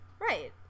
Right